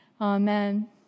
amen